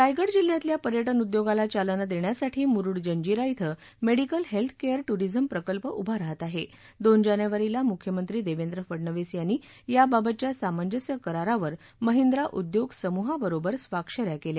रायगड जिल्हयातल्या पर्यटन उद्योगाला चालना देण्यासाठी मुरूड जंजिरा क्वें मेडिकल हेल्थ केअर ट्रिझम प्रकल्प उभा रहात आहे दोन जानेवारीला मुख्यमंत्र्यांनी याबाबतच्या सामंजस्य करारावर महिंद्रा उद्योगसमुहाबरोबर स्वाक्षऱ्या केल्या